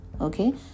okay